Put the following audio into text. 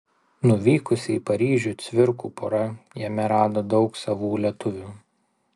nuvykusi į paryžių cvirkų pora jame rado daug savų lietuvių